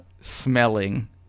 smelling